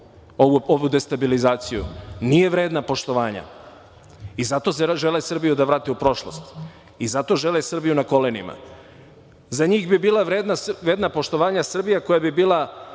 ovu destabilizaciju, nije vredna poštovanja i zato žele Srbiju da vrate u prošlost i zato žele Srbiju na kolenima. Za njih bih bila vredna poštovanja Srbija koja bi bila